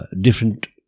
Different